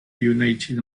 united